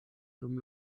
dum